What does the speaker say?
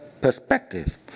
perspective